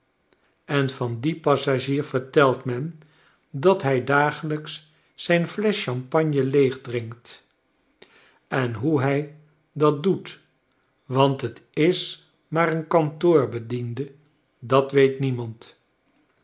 en van dien passagier vertelt men dat hij dagelijks zijn flesch champagne leeg drinkt en hoe hij dat doet want t is maar een kantoorbediende dat weet niemand